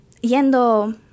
yendo